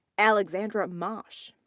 alexandra motsch.